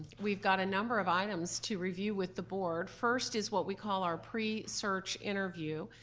we've got a number of items to review with the board. first is what we call our pre-search interview,